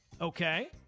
Okay